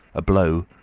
a blow,